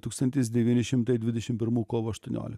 tūkstantis devyni šimtai dvidešim pirmų kovo aštuoniol